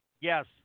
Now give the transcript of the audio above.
Yes